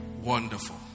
wonderful